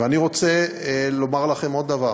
ואני רוצה לומר לכם עוד דבר: